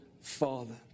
father